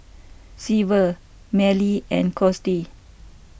Severt Millie and Cos D